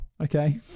Okay